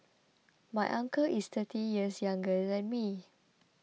my uncle is thirty years younger than me